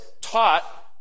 taught